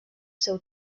seu